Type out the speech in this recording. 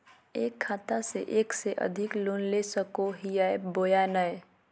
एक खाता से एक से अधिक लोन ले सको हियय बोया नय?